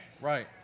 Right